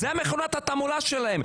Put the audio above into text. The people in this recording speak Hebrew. זאת התעמולה שלהם.